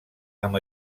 amb